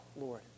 Lord